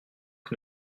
que